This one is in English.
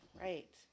Right